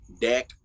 deck